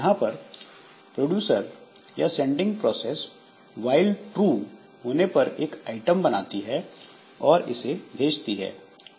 यहां यह प्रोड्यूसर या सेंडिंग प्रोसेस व्हाइल ट्रू होने पर एक आइटम बनाती है और इसे भेजती है